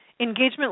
engagement